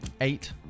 Eight